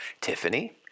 Tiffany